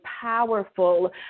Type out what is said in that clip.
powerful